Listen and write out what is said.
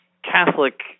Catholic